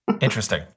interesting